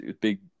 big